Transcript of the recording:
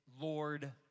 Lord